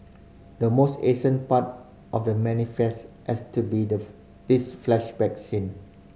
the most ancient part of The Manifest has to be the this flashback scene